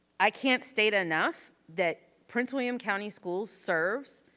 i can't state enough that prince william county schools serves